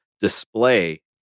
display